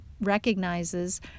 recognizes